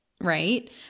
right